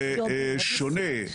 זה שונה,